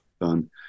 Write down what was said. done